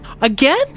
Again